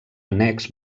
annex